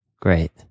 Great